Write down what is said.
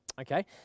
Okay